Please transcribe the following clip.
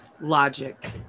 logic